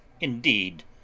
INDEED